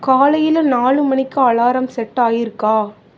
காலையில நாலு மணிக்கு அலாரம் செட் ஆகியிருக்கா